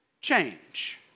change